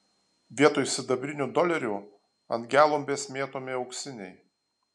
vietoj sidabrinių dolerių ant gelumbės mėtomi auksiniai